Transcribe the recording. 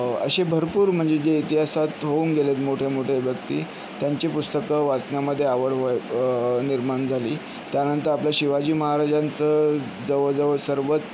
असे भरपूर म्हणजे जे इतिहासात होऊन गेलेत मोठे मोठे व्यक्ती त्यांची पुस्तकं वाचण्यामध्ये आवड व्हय निर्माण झाली त्यानंतर आपल्या शिवाजी महाराजांचं जवळजवळ सर्वच